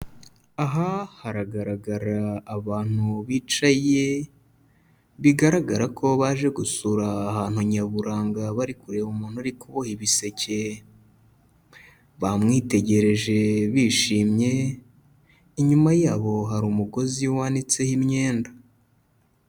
Aha haragaragara abantu bicaye bigaragara ko baje gusura ahantu nyaburanga bari kureba umuntu uri kuboha ibiseke. Bamwitegereje bishimye, inyuma yabo hari umugozi wanitseho imyenda.